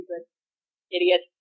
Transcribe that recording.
Idiot